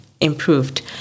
improved